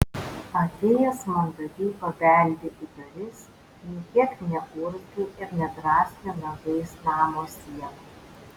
atėjęs mandagiai pabeldė į duris nė kiek neurzgė ir nedraskė nagais namo sienų